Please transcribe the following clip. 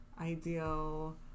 ideal